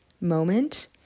moment